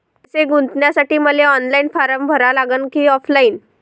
पैसे गुंतन्यासाठी मले ऑनलाईन फारम भरा लागन की ऑफलाईन?